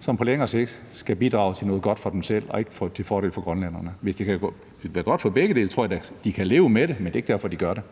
som på længere sigt skal bidrage til noget godt for dem selv og ikke til fordel for grønlænderne. Hvis det bliver godt for begge parter, tror jeg da, de kan leve med det, men det er ikke derfor, de gør det.